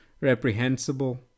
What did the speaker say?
reprehensible